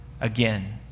again